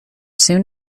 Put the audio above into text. soon